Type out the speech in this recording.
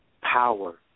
Power